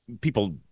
People